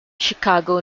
chicago